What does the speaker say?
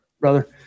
brother